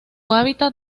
hábitat